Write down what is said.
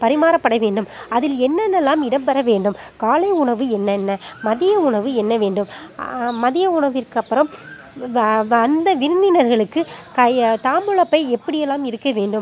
பரிமாறப்பட வேண்டும் அதில் என்னென்னவெலாம் இடம்பெற வேண்டும் காலை உணவு என்னென்ன மதிய உணவு என்ன வேண்டும் மதிய உணவிற்கு அப்புறம் வ வந்த விருந்தினர்களுக்கு கய தாம்பூலப்பை எப்படி எல்லாம் இருக்க வேண்டும்